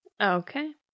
Okay